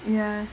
ya